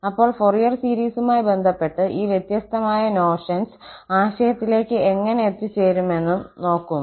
അപ്പോൾ ഫൊറിയർ സീരീസുമായി ബന്ധപ്പെട്ട് ഈ വ്യത്യസ്തമായ നോഷൻസ് ആശയത്തിലേക്ക് എങ്ങനെ എത്തിച്ചേരുമെന്നും നോക്കുന്നു